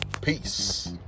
Peace